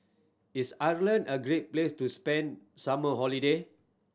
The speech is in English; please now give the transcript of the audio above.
is Ireland a great place to spend summer holiday